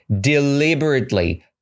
deliberately